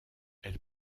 elle